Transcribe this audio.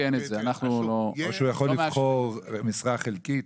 או שהוא יכול לבחור משרה חלקית?